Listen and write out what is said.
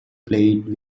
played